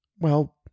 Well